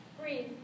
breathe